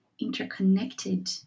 interconnected